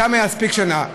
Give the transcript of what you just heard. שם מספיקה שנה.